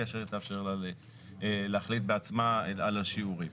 כאשר היא תאפשר לה להחליט בעצמה על השיעורים.